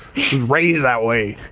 raised that way,